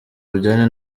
bujyanye